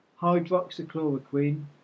hydroxychloroquine